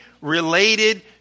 related